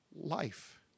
life